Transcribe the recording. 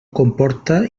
comporta